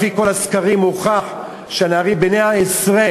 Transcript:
לפי כל הסקרים הוכח שהנערים בני העשרה